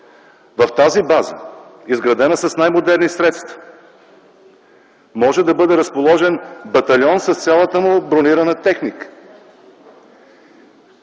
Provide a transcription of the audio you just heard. В тази база, изградена с най-модерни средства, може да бъде разположен батальон с цялата му бронирана техника.